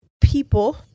people